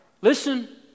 listen